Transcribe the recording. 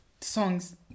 Songs